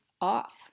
off